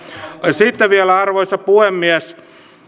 sitten vielä arvoisa puhemies